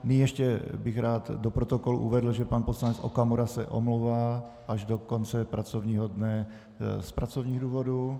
Nyní bych ještě rád do protokolu uvedl, že pan poslanec Okamura se omlouvá až do konce pracovního dne z pracovních důvodů.